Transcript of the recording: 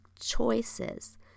choices